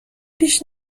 پیش